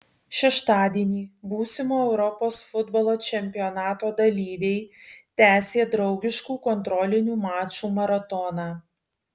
šeštadienį būsimo europos futbolo čempionato dalyviai tęsė draugiškų kontrolinių mačų maratoną